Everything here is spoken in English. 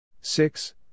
six